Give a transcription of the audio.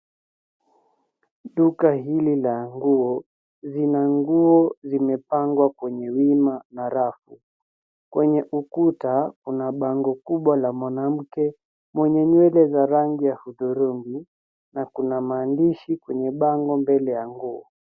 Duka hili la nguo lina nguo zimepangwa kwenye wima na rafu. Kwenye ukuta kuna bango kubwa la mwanamke mwenye nywele za rangi ya hudhurungi na kuna maandishi kwenye bango mbele ya nguo.